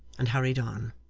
and hurried on.